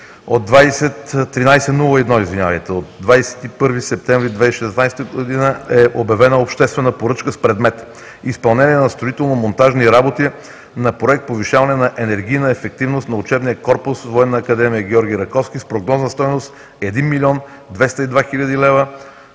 от 21 септември 2016 г. е обявена обществена поръчка с предмет „Изпълнение на строително-монтажни работи“ на проект „Повишаване на енергийна ефективност на учебния корпус във Военна академия „Георги Раковски“, с прогнозна стойност – 1 млн. 202 хил. лв.